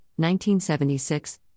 1976